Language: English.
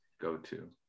go-to